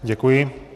Děkuji.